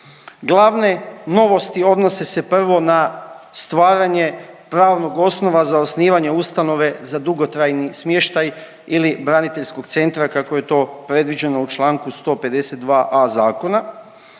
Glavne novosti odnose se prvo na stvaranje pravnog osnova za osnivanje ustanove za dugotrajni smještaj ili braniteljskog centra kako je to predviđeno u čl. 152.a. zakona.